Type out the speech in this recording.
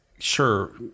sure